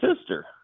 sister